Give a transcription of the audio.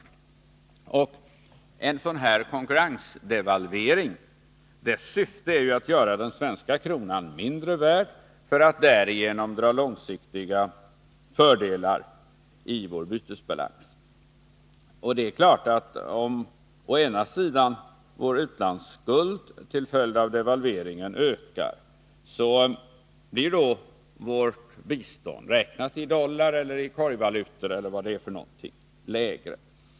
Syftet med en sådan här konkurrensdevalvering är att göra den svenska kronan mindre värd, för att därigenom dra långsiktiga fördelar i ens konsekvenser för u-hjälpen vår bytesbalans. Det är klart att om vår utlandsskuld till följd av devalveringen ökar, blir vårt bistånd, räknat i dollar eller korgvalutor, lägre.